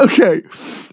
Okay